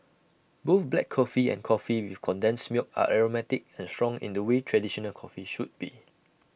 both black coffee and coffee with condensed milk are aromatic and strong in the way traditional coffee should be